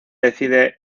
decide